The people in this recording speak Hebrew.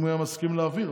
אם היה מסכים להעביר,